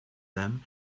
them